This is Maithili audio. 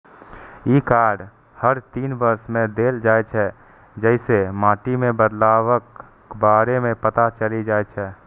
ई कार्ड हर तीन वर्ष मे देल जाइ छै, जइसे माटि मे बदलावक बारे मे पता चलि जाइ छै